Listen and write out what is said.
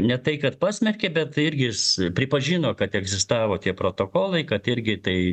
ne tai kad pasmerkė bet tai irgi jis pripažino kad egzistavo tie protokolai kad irgi tai